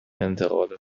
انتقال